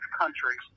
countries